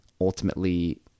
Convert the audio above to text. ultimately